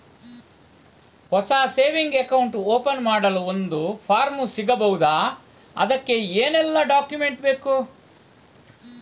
ಹೊಸ saving account open ಮಾಡಲು ಒಂದು ಫಾರ್ಮ್ ಸಿಗಬಹುದು? ಅದಕ್ಕೆ ಏನೆಲ್ಲಾ ಡಾಕ್ಯುಮೆಂಟ್ಸ್ ಬೇಕು?